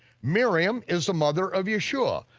miriam is the mother of yeshua,